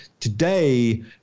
today